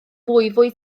fwyfwy